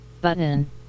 Button